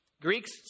Greeks